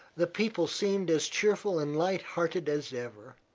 the people seemed as cheerful and light-hearted as ever.